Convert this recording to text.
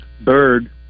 Bird